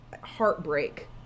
heartbreak